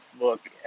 look